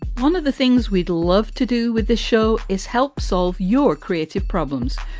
one of the things we'd love to do with this show is help solve your creative problems,